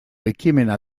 ekimena